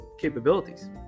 capabilities